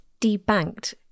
debanked